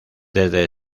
desde